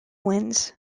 wins